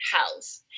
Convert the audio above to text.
house